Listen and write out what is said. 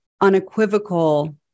unequivocal